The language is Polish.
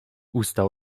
usta